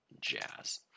jazz